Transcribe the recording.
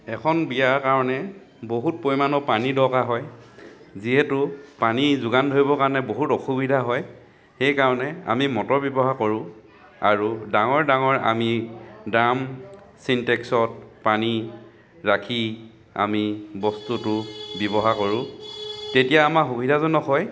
এখন বিয়াৰ কাৰণে বহুত পৰিমাণৰ পানী দৰকাৰ হয় যিহেতু পানী যোগান ধৰিব কাৰণে বহুত অসুবিধা হয় সেইকাৰণে আমি মটৰ ব্যৱহাৰ কৰোঁ আৰু ডাঙৰ ডাঙৰ আমি ড্ৰাম চিনটেক্সত পানী ৰাখি আমি বস্তুটো ব্যৱহাৰ কৰোঁ তেতিয়া আমাৰ সুবিধাজনক হয়